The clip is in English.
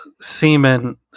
semen